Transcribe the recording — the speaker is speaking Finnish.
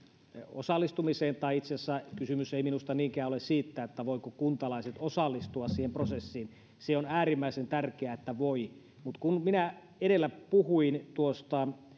osallistumiseen itse asiassa kysymys ei minusta niinkään ole siitä voivatko kuntalaiset osallistua siihen prosessiin se on äärimmäisen tärkeää että voivat vaan kun minä edellä puhuin tuosta